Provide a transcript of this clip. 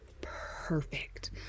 perfect